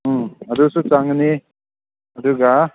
ꯎꯝ ꯑꯗꯨꯁꯨ ꯆꯪꯒꯅꯤ ꯑꯗꯨꯒ